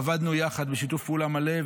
עבדנו יחד בשיתוף פעולה מלא,